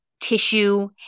tissue